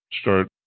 Start